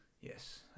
yes